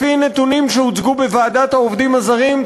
לפי נתונים שהוצגו בוועדת העובדים הזרים,